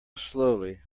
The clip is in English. slowly